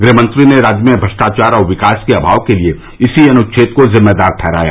गृहमंत्री ने राज्य में भ्रष्टाचार और विकास के अभाव के लिए इसी अनुच्छेद को जिम्मेदार ठहराया